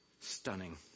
stunning